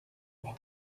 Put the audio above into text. pas